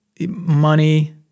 money